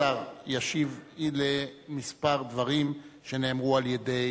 כבוד השר ישיב על מספר דברים שנאמרו על-ידי